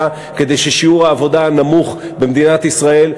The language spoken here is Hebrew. כדי ששיעור העבודה הנמוך במדינת ישראל,